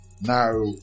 Now